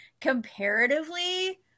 Comparatively